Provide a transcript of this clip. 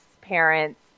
parents